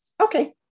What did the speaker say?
Okay